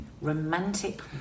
Romantic